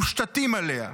מושתתים עליה,